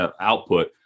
output